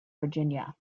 virginia